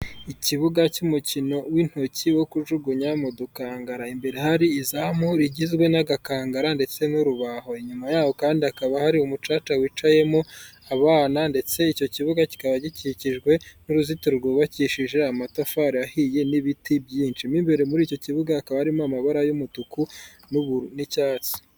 Ikibuga cy'umukino w'intoki wo kujugunya mu dukangara. Imbere hari izamu rigizwe n'agakangara ndetse n'urubaho. Inyuma yaho kandi hakaba hari umucaca wicayemo abana ndetse icyo kibuga kikaba gikikijwe n'uruzitiro rwubakishije amatafari ahiye n'ibiti byinshi. Mo imbere muri icyo kibuga, hakaba harimo amabara y'umutuku n'icyatsi.